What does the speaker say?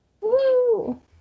Woo